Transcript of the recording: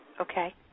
Okay